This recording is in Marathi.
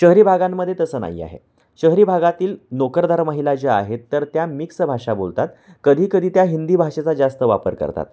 शहरी भागांमध्ये तसं नाही आहे शहरी भागातील नोकरदार महिला ज्या आहेत तर त्या मिक्स भाषा बोलतात कधीकधी त्या हिंदी भाषेचा जास्त वापर करतात